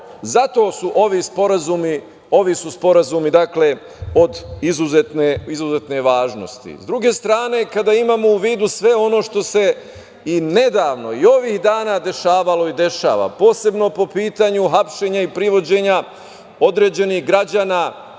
zato su ovi sporazumi od izuzetne važnosti.S druge strane, kada imamo u vidu sve ono što se i nedavno i ovih dana dešavalo i dešava, posebno po pitanju hapšenja i privođenja određenih građana